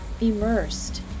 immersed